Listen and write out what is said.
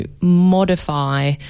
modify